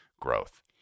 growth